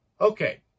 Okay